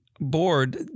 board